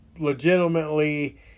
legitimately